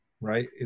right